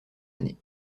année